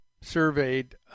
surveyed